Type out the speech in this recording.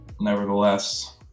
nevertheless